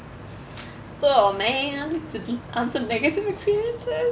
oh man to d~ answer negativity what's this